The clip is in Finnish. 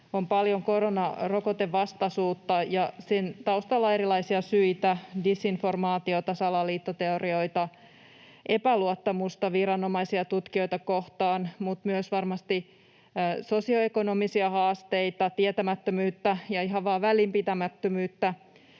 on paljon koronarokotevastaisuutta, ja sen taustalla on erilaisia syitä: disinformaatiota, salaliittoteorioita, epäluottamusta viranomaisia ja tutkijoita kohtaan mutta myös varmasti sosioekonomisia haasteita, tietämättömyyttä ja ihan vain välinpitämättömyyttä.